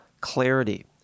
clarity